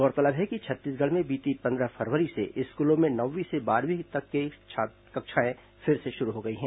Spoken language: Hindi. गौरतलब है कि छत्तीसगढ़ में बीती पंद्रह फरवरी से स्कूलों में नवमीं से बारहवीं तक की कक्षाएं फिर से शुरू हो गई हैं